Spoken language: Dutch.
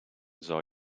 zou